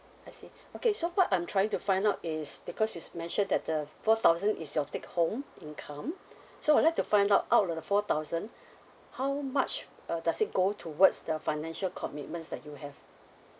I see okay so what I'm trying to find out is because is mentioned that the four thousand is your take home income so I would like to find out out of the four thousand how much uh does it go towards the financial commitments that you have